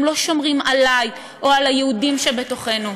לא שומרים עלי או על היהודים שבתוכנו,